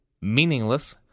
meaningless